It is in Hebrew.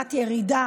במגמת ירידה.